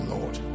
Lord